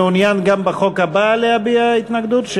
אתה מעוניין גם בחוק הבא להביע התנגדות?